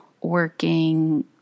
working